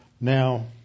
Now